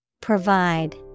Provide